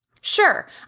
Sure